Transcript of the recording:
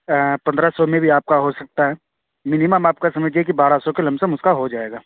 پندرہ سو میں بھی آپ کا ہو سکتا ہے مینیمم آپ کا سمجھیے کہ بارہ سو کے لم سم اس کا ہو جائے گا